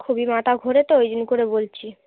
খুবই মাতা ঘোরে তো ওই জন্য করে বলছি